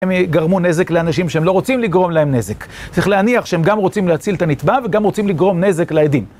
הם גרמו נזק לאנשים שהם לא רוצים לגרום להם נזק. צריך להניח שהם גם רוצים להציל את הנתבע וגם רוצים לגרום נזק לעדים.